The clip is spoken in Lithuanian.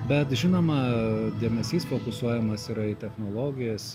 bet žinoma dėmesys fokusuojamas yra į technologijas